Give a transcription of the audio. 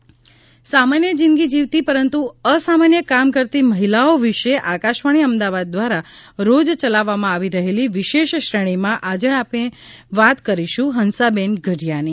મહિલા દિવસ સ્પેશ્યલ સામાન્ય જિંદગી જીવતી પરંતુ અસામાન્ય કામ કરતી મહિલાઓ વિશે આકાશવાણી અમદાવાદ દ્વારા રોજ ચલાવવામાં આવી રહેલી વિશેષ શ્રેણીમાં આજે આપણે વાત કરીશું હંસાબેન ગઢીયાની